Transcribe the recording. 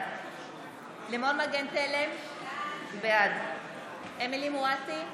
לימור מגן תלם, בעד אמילי חיה מואטי,